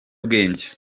bwenge